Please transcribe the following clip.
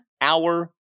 hour